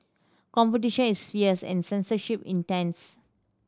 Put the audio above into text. competition is fierce and censorship intense